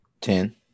Ten